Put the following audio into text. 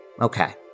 okay